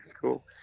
cool